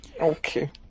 Okay